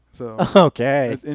Okay